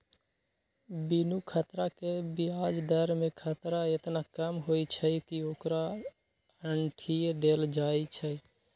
बिनु खतरा के ब्याज दर में खतरा एतना कम होइ छइ कि ओकरा अंठिय देल जाइ छइ